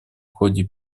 ходе